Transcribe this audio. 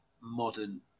modern